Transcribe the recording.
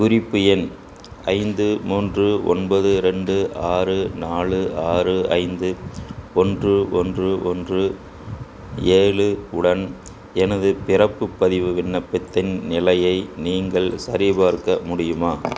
குறிப்பு எண் ஐந்து மூன்று ஒன்பது ரெண்டு ஆறு நாலு ஆறு ஐந்து ஒன்று ஒன்று ஒன்று ஏழு உடன் எனது பிறப்பு பதிவு விண்ணப்பத்தின் நிலையை நீங்கள் சரிபார்க்க முடியுமா